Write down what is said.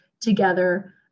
together